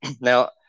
Now